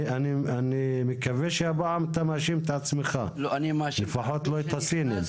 אני מקווה שהפעם אתה מאשים את עצמך ולא את הסינים.